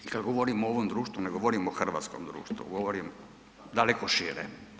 I kad govorim ovom društvu ne govorim o hrvatskom društvu, govorim daleko šire.